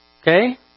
okay